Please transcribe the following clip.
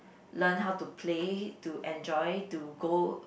learn how to play to enjoy to go